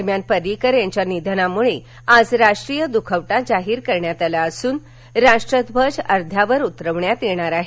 दरम्यान पर्रीकर यांच्या निधनामुळे आज राष्ट्रीय दुखवटा जाहीर करण्यात आला असून राष्ट्र ध्वज अध्यावर उतरवण्यात येणार आहे